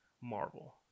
marvel